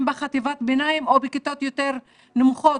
בחטיבות הביניים או בכיתות יותר נמוכות,